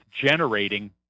generating